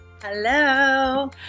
Hello